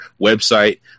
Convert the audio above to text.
website